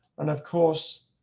and of course